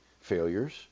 failures